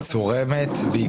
צורמת והיא